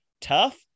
Tough